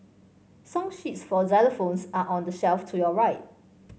song sheets for xylophones are on the shelf to your right